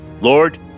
Lord